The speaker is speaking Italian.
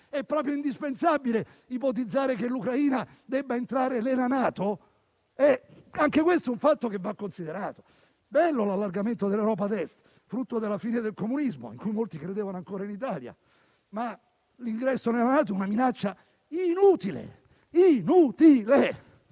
È proprio indispensabile ipotizzare che l'Ucraina debba entrare nella NATO? Anche questo è un fatto che va considerato. È bello l'allargamento dell'Europa ad Est, frutto della fine del comunismo in cui molti credevano ancora in Italia, ma l'ingresso nella NATO è una minaccia inutile, perché